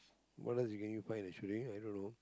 what else can you find actually i don't know